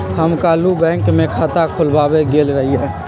हम काल्हु बैंक में खता खोलबाबे गेल रहियइ